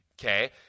okay